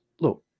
look